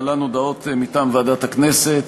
להלן הודעות מטעם ועדת הכנסת.